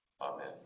Amen